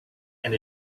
and